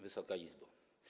Wysoka Izbo!